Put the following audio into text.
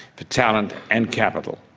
for talent and capital.